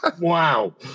wow